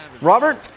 Robert